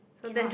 cannot